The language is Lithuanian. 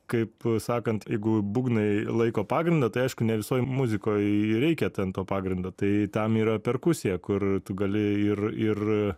kaip sakant jeigu būgnai laiko pagrindą tai aišku ne visoj muzikoj reikia ten to pagrindo tai tam yra perkusija kur tu gali ir ir